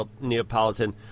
Neapolitan